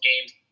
games